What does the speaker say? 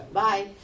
bye